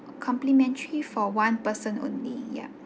complimentary for one person only ya